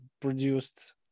produced